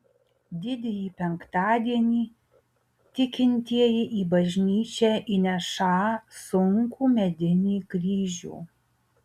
didįjį penktadienį tikintieji į bažnyčią įnešą sunkų medinį kryžių